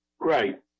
Right